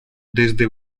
desde